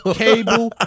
cable